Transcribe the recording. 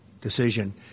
decision